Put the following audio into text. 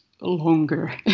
longer